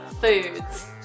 foods